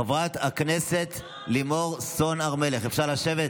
חברת הכנסת לימור סון הר מלך, אפשר לשבת?